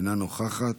אינה נוכחת,